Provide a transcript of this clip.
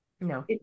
No